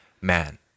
man